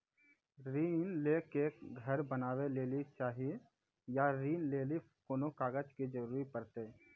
ऋण ले के घर बनावे लेली चाहे या ऋण लेली कोन कागज के जरूरी परतै?